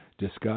Discuss